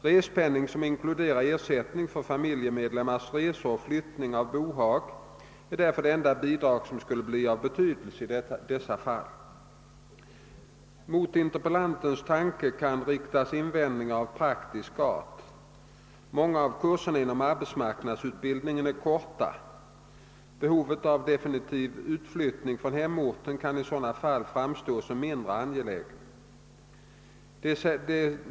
Respenning, som inkluderar ersättningar för familjemedlemmars resor och flyttning av bohag, är därför det enda bidrag som skulle bli av betydelse i dessa fall. Mot interpellantens tanke kan riktas invändningar av praktisk art. Många av kurserna inom arbetsmarknadsutbildningen är korta. Behovet av definitiv utflyttning från hemorten kan i sådana fall framstå som mindre angelägna.